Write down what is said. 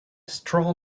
straw